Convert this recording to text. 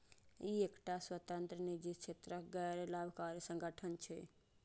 ई एकटा स्वतंत्र, निजी क्षेत्रक गैर लाभकारी संगठन छियै